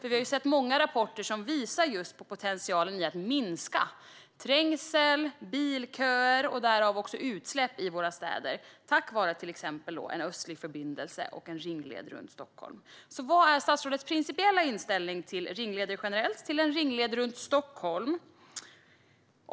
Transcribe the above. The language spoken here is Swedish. Vi har sett många rapporter som visar på potentialen att minska trängsel, bilköer och därmed också utsläppen i våra städer, tack vare till exempel en östlig förbindelse och en ringled runt Stockholm. Alltså: Vad är statsrådets principiella inställning till ringleder generellt och till en ringled runt Stockholm?